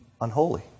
unholy